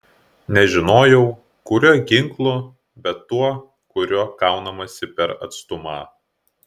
nežinojau kuriuo ginklu bet tuo kuriuo kaunamasi per atstumą